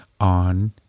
on